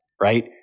right